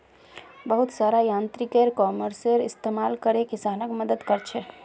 बहुत सारा यांत्रिक इ कॉमर्सेर इस्तमाल करे किसानक मदद क र छेक